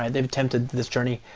and they've attempted this journey.